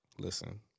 Listen